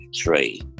three